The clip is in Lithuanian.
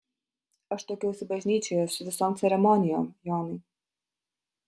aš tuokiausi bažnyčioje su visom ceremonijom jonai